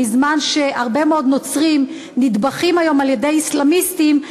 בזמן שהרבה מאוד נוצרים נטבחים היום על-ידי אסלאמיסטים,